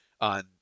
on